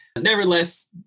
nevertheless